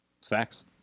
Sacks